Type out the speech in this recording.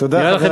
תודה,